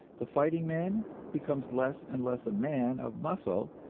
the fighting man becomes less and less a man of muscle,